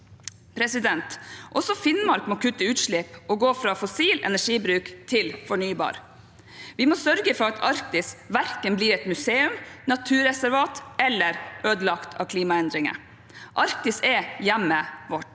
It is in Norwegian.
framtiden. Også Finnmark må kutte utslipp og gå fra fossil energibruk til fornybar. Vi må sørge for at Arktis verken blir et museum, naturreservat eller ødelagt av klimaendringer. Arktis er hjemmet til